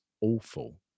awful